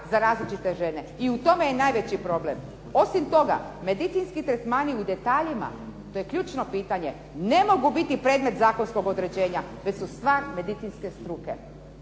za različite žene i tome je najveći problem. Osim toga medicinski tretmani u detaljima, to je ključno pitanje, ne mogu biti predmet zakonskog određenja, već su stvar medicinske struke.